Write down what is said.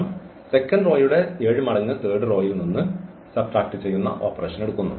ശേഷം സെക്കൻഡ് റോയുടെ 7 മടങ്ങ് തേർഡ് റോയിൽ നിന്ന് സബ്ട്രാക്ട് ചെയ്യുന്ന ഓപ്പറേഷൻ എടുക്കുന്നു